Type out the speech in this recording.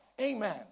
Amen